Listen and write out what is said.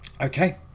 Okay